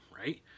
right